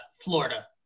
Florida